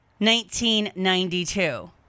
1992